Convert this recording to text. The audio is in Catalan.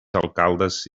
alcaldes